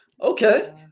Okay